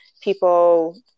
people